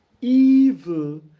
evil